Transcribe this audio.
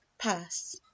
pass